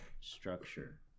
structure